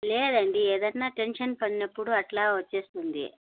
లేదండి ఏదన్నా టెన్షన్ పడినప్పుడు అట్లా వస్తుంది